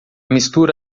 mistura